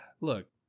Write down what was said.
Look